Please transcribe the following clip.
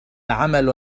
عمل